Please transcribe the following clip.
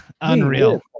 unreal